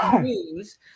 news